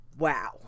Wow